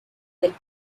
del